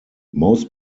most